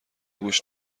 گوش